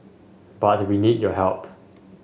but we need your help